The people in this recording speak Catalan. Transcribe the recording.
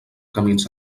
camins